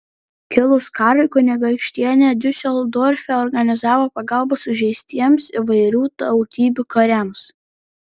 kilus karui kunigaikštienė diuseldorfe organizavo pagalbą sužeistiems įvairių tautybių kariams